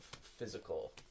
physical